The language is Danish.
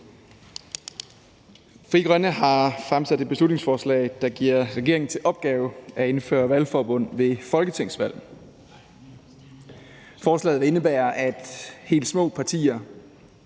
Frie Grønne har fremsat et beslutningsforslag, der giver regeringen til opgave at indføre valgforbund ved folketingsvalg. Forslaget vil indebære, at helt små partier